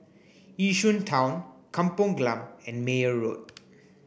Yishun Town Kampung Glam and Meyer Road